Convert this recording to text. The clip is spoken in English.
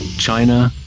china,